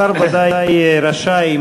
השר רשאי,